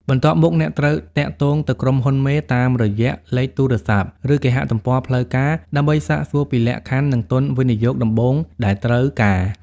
បន្ទាប់មក អ្នកត្រូវ "ទាក់ទងទៅក្រុមហ៊ុនមេ" តាមរយៈលេខទូរស័ព្ទ ឬគេហទំព័រផ្លូវការ ដើម្បីសាកសួរពីលក្ខខណ្ឌ និងទុនវិនិយោគដំបូងដែលត្រូវការ។